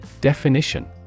Definition